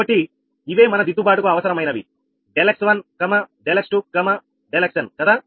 కాబట్టి ఇవే మన దిద్దుబాటుకు అవసరమైనవి Δ𝑥1Δ𝑥2 Δ𝑥𝑛 కదా